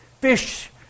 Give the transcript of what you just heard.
fish